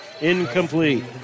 Incomplete